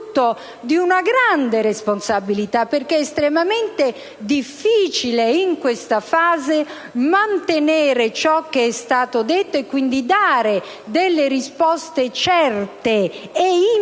di una grande responsabilità. Ricordo che è estremamente difficile in questa fase mantenere quanto è stato detto e dare risposte certe e immediate